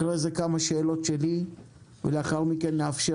לאחר מכן כמה שאלות שלי ולאחר מכן נאפשר